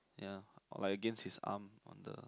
ya like against his arm on the